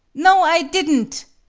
no, i didn't,